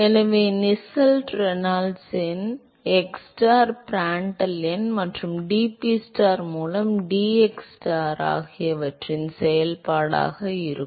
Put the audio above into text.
எனவே Nusselt Reynolds எண் xstar Prandtl எண் மற்றும் dPstar மூலம் dxstar ஆகியவற்றின் செயல்பாடாக இருக்கும்